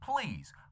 Please